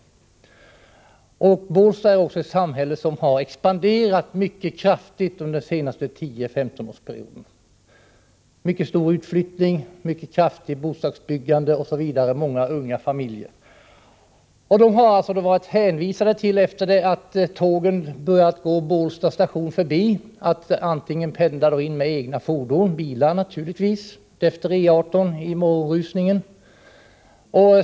Bålsta är också ett samhälle som har expanderat mycket kraftigt under de senaste 10-15 åren. Det har bl.a. blivit en mycket stor inflyttning och mycket omfattande bostadsbyggande. Många unga familjer har flyttat in. Sedan tågen börjat gå Bålsta station förbi har man blivit tvungen att antingen pendla in med egna fordon — med bil på E 18 i morgonrusningen.